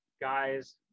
guys